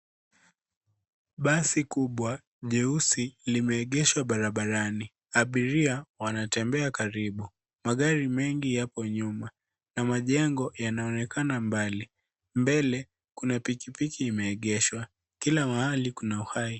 Basi kubwa jeusi limeegeshwa barabarani. Abiria wanatembea karibu. Magari mengi yapo nyuma, na majengo yanaonekana mbali. Mbele, kuna pikipiki imeegeshwa. Kila mahali kuna uhai.